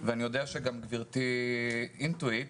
ואני יודע שגם גברתי Into it,